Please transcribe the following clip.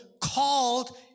called